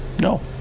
No